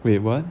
wait what